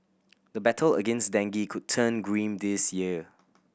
the battle against dengue could turn grim this year